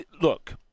look